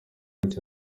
cyane